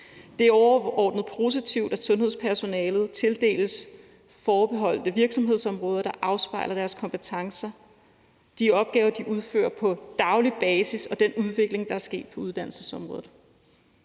Det er overordnet positivt, at sundhedspersonalet tildeles virksomhedsområder, som er forbeholdt dem. Det er virksomhedsområder, der afspejler deres kompetencer, de opgaver, de udfører på daglig basis, og den udvikling, der er sket på uddannelsesområdet.